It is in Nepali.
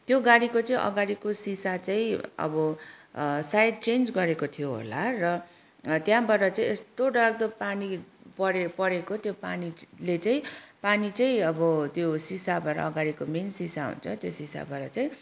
त्यो गाडीको चाहिँ अगाडिको सिसा चाहिँ अब सायद चेन्ज गरेको त्यो होला र त्यहाँबाट यस्तो डरलाग्दो पानी परे परेको त्यो पानीले चाहिँ पानी चाहिँ अब त्यो सीसाबाट अगाडिको मेन सिसा हुन्छ त्यो सीसाबाट चाहिँ